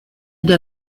der